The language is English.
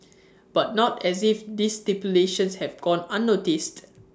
but not as if this stipulations have gone unnoticed